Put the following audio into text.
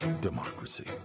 democracy